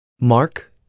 Mark